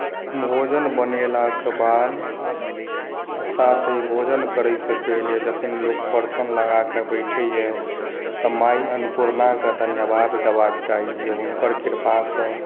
भोजन बनेलाके बाद आ साथहि भोजन करैसे पहिने जखन लोक परशन लगाकऽ बैठैया तऽ माई अन्नपुर्णाकेँ धन्यवाद देबाक चाही जे हुन्कर कृपासँ